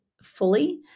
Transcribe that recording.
fully